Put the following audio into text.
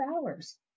hours